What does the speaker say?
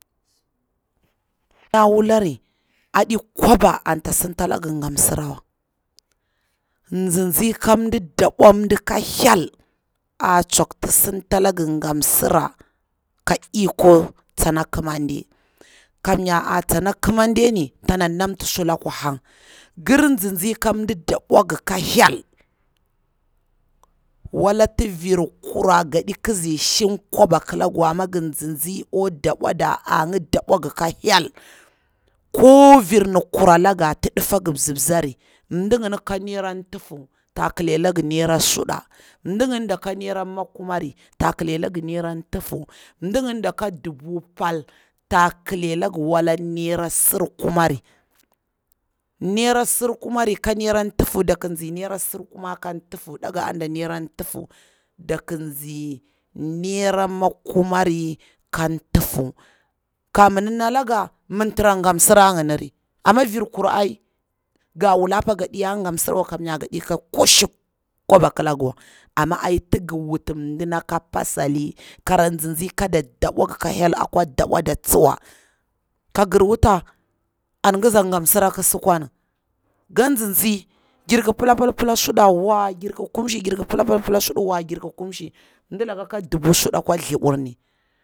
Da wulari adi kwaba anta sintalanga nga msira wa, nzi nzi ka mda dabwang ka hyel wda ti vir kura gaɗi kizi shin kwaba wa e killangi wa amma gir tsitsi akwa ɗa bwada dabwa nga ka hyel, ko virni kura langa ti difinga mzir mzari, mdi ngini ka naira tufu ta kile langi naira suɗa, mdin ginda ka naira makumari ta kile langi naira tufu, mdi nginda ka dubu pal ta kila lagi wala naira surkumari, naira surkumari ka naira tufu dak tsi naira surkumari ka tufu, daga a de naira tufudak tsi naira makumari ka tufu ka mi, di nalaga man tiramta nga msira ngini ri, vir kura ai nga wula apa gadiya gat msira wa kamnya gaɗi ka ko shin kwa bawa a kil ngi wa, arime ai ti ngi wuti mdina ka pasali tsi tsi ka da da bwa ka hyel ka dabwa da tsuwa, ka gir wuta kiza gan msira ki si, gir nzin zi di pilla pal pilla suɗa wa jirki kumshi wa a mdilaka ka dusu suda.